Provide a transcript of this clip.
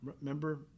Remember